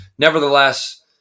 Nevertheless